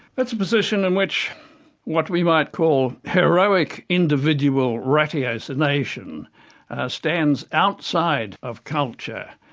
that's a position in which what we might call heroic individual ratiocination stands outside of culture.